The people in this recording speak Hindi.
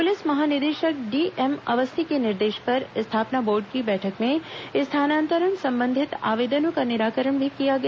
पुलिस महानिदेशक डीएम अवस्थी के निर्देश पर स्थापना बोर्ड की बैठक में स्थानांतरण संबंधित आवेदनों का निराकरण भी किया गया